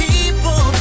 People